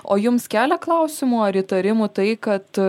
o jums kelia klausimų ar įtarimų tai kad